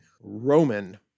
Roman